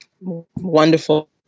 wonderful